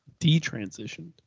detransitioned